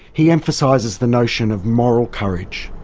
he emphasises the notion of moral courage.